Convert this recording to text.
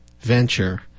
venture